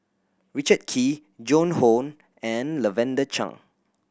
Richard Kee Joan Hon and Lavender Chang